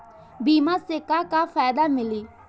बीमा से का का फायदा मिली?